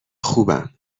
خوبم